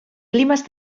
climas